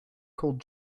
called